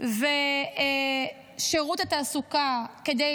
ושירות התעסוקה כדי